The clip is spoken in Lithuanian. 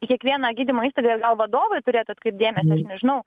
į kiekvieną gydymo įstaigą ir gal vadovai turėtų atkreipti dėmesį aš nežinau